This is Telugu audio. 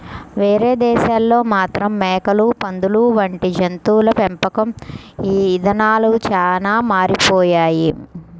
వేరే దేశాల్లో మాత్రం మేకలు, పందులు వంటి జంతువుల పెంపకం ఇదానాలు చానా మారిపోయాయి